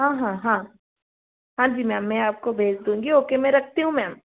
हाँ हाँ हाँ हाँ जी मैम में आपको भेज दूँगी ओके में रखती हूँ मैम